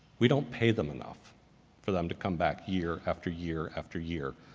we don't pay them enough for them to come back year after year after year.